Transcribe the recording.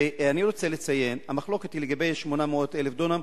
ואני רוצה לציין שהמחלוקת היא לגבי 800,000 דונם,